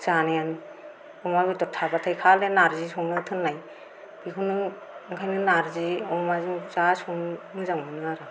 जानाया अमा बेदर थाबाथाय खालि नार्जि संनो थिनबाय बेखौनो ओंखायनो नार्जि अमाजों जा संनो मोजां मोनो आङो